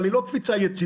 אבל זאת לא קפיצה יציבה.